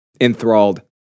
enthralled